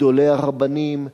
רבנים גדולים,